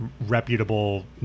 reputable